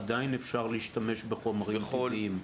עדיין אפשר להשתמש בחומרים טבעיים.